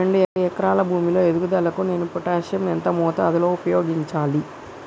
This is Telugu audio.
రెండు ఎకరాల భూమి లో ఎదుగుదలకి నేను పొటాషియం ఎంత మోతాదు లో ఉపయోగించాలి?